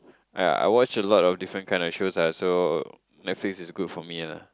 I I watch a lot of different kinds of shows I also I feel is good for me lah